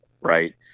right